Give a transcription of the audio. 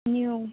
new